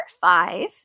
five